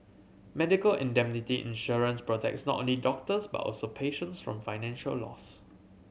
medical indemnity insurance protects not only doctors but also patients from financial loss